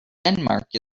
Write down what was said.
denmark